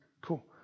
Cool